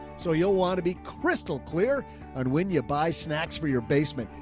so you'll want to be crystal clear on when you buy snacks for your basement.